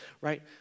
right